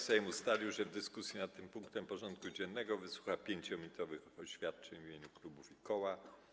Sejm ustalił, że w dyskusji nad tym punktem porządku dziennego wysłucha 5-minutowych oświadczeń w imieniu klubów i koła.